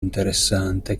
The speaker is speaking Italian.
interessante